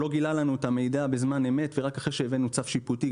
לא גילה לנו את המידע בזמן אמת ורק אחרי שהבאנו צו שיפוטי,